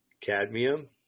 cadmium